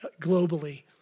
globally